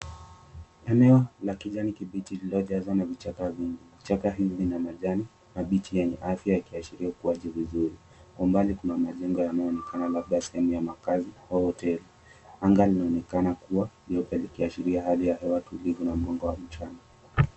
Eneo la kijani kibichi lililojazwa na vichaka hivii na majani mabichi yenye afya ya kuashiria